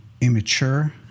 immature